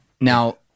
Now